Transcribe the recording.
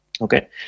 okay